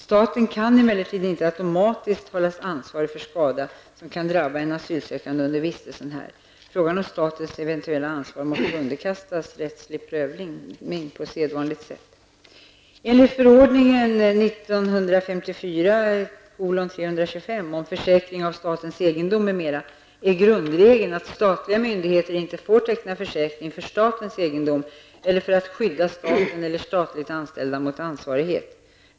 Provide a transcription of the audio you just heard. Staten kan emellertid inte automatiskt hållas ansvarig för skada som kan drabba en asylsökande under vistelsen här. Frågan om statens eventuella ansvar måste underkastas rättslig prövning på sedvanligt sätt. Enligt förordningen om försäkring av statens egendom m.m. är grundregeln att statliga myndigheter inte får teckna försäkring för statens egendom eller för att skydda staten eller statligt anställda mot ansvarighet.